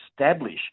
establish